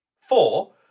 Four